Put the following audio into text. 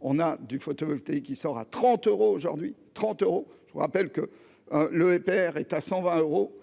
on a du photovoltaïque, qui sort à 30 euros aujourd'hui trente euros je vous rappelle que le RPR est à cent vingt euros